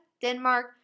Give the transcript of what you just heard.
Denmark